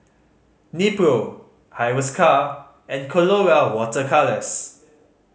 Nepro Hiruscar and Colora Water Colours